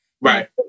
right